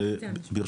אז